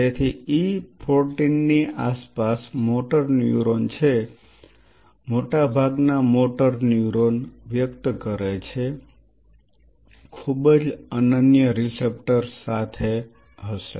તેથી E 14 ની આસપાસ મોટર ન્યુરોન છે મોટા ભાગના મોટર ન્યુરોન વ્યક્ત કરે છે ખૂબ જ અનન્ય રીસેપ્ટર્સ સાથે હશે